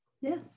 Yes